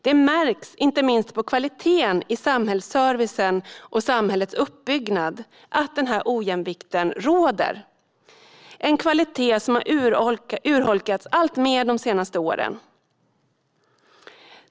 Det märks inte minst på kvaliteten i samhällsservicen och samhällets uppbyggnad, en kvalitet som urholkats alltmer de senaste åren, att den här bristen på jämvikt råder.